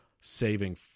Saving